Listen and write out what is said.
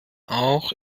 auch